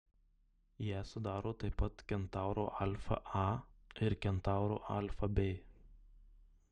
ją sudaro taip pat kentauro alfa a ir kentauro alfa b